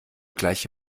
gleich